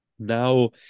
Now